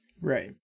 Right